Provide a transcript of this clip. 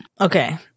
Okay